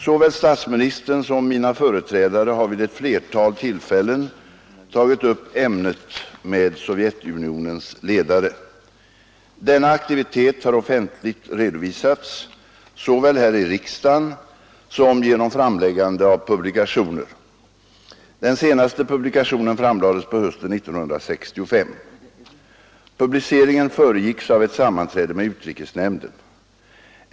Såväl statsministern som mina företrädare har vid ett flertal tillfällen tagit upp ämnet med Sovjetunionens ledare. Denna aktivitet har offentligt redovisats såväl här i riksdagen som genom framläggande av publikationer. Den senaste publikationen framlades på hösten 1965. Publiceringen föregicks av ett sammanträde med utrikesnämnden.